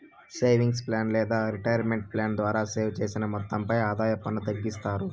savings plan లేదా retirement plan ద్వారా save చేసిన మొత్తంపై ఆదాయ పన్ను తగ్గిస్తారు